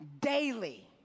daily